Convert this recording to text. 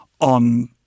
on